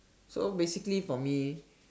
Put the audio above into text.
so basically for me